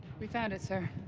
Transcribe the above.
we found it, sir.